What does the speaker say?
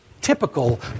Typical